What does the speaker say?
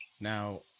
Now